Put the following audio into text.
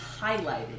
highlighted